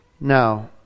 Now